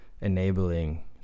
enabling